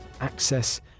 access